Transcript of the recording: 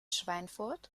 schweinfurt